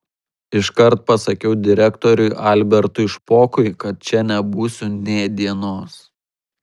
iškart pasakiau direktoriui albertui špokui kad čia nebūsiu nė dienos